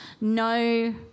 no